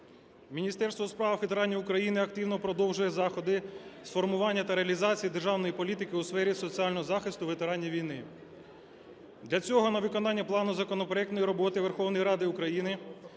Міністерство у справах ветеранів України активно продовжує заходи з формування та реалізації державної політики у сфері соціального захисту ветеранів війни. Для цього на виконання плану законопроектної роботи Верховної Ради України